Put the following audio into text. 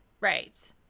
right